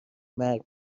مرگ